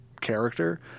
character